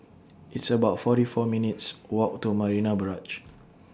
It's about forty four minutes' Walk to Marina Barrage